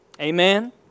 Amen